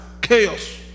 Chaos